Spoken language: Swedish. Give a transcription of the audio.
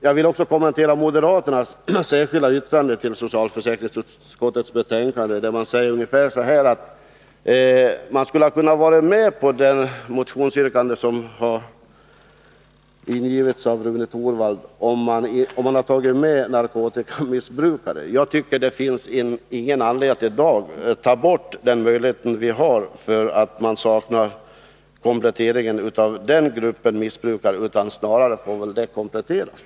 Jag vill också kommentera moderaternas särskilda yttrande till socialförsäkringsutskottets betänkande 5, där de säger ungefär: Vi skulle ha kunnat gå med på Rune Torwalds motionsyrkande, om narkotikamissbrukare hade medtagits. Det finns ingen anledning att ta bort den möjlighet vii dag har när det gäller utbetalning till annan än den försäkrade bara för att den gruppen missbrukare saknas. Det får väl snarare bli fråga om en komplettering.